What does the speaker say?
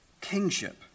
kingship